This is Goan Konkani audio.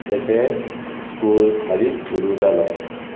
तेचें स्कूल हालींच सुरू जालां